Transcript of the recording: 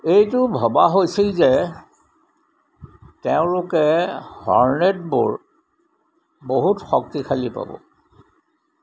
এইটো ভবা হৈছিল যে তেওঁলোকে হৰ্নেটবোৰ বহুত শক্তিশালী পাব